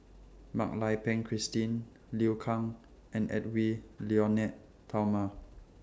Mak Lai Peng Christine Liu Kang and Edwy Lyonet Talma